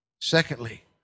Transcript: secondly